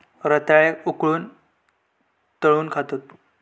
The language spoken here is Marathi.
रताळ्याक उकळवून, तळून खातत